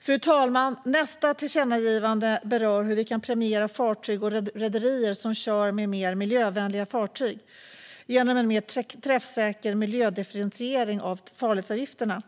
Fru talman! Nästa tillkännagivande berör hur vi genom en mer träffsäker miljödifferentiering av farledsavgifterna kan premiera rederier som kör med mer miljövänliga fartyg.